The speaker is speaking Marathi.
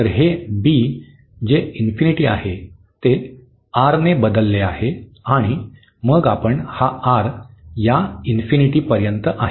तर हे जे आहे ते ने बदलले आहे आणि मग आपण हा या पर्यंत आहे